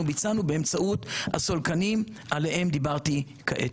ביצענו באמצעות הסולקנים שעליהם דיברתי כעת.